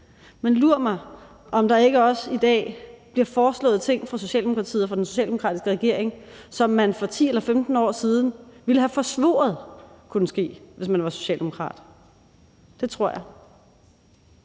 Men lur mig, om der ikke også i dag bliver foreslået ting af Socialdemokratiet og den socialdemokratiske regering, som man for 10 eller 15 år siden ville have forsvoret kunne ske, hvis man var socialdemokrat. Det tror jeg.